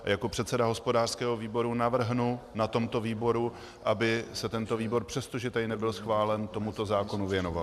Jako předseda hospodářského výboru navrhnu na tomto výboru, aby se tento výbor, přestože tady nebyl schválen, tomuto zákonu věnoval.